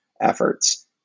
efforts